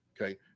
Okay